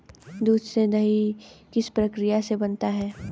दूध से दही किस प्रक्रिया से बनता है?